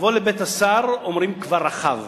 אבוא לבית השר, אומרים כבר רכב /